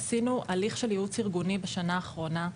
עשינו הליך של ייעוץ ארגוני בשנה האחרונה,